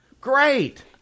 Great